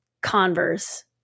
Converse